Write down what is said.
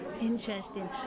Interesting